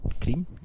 Cream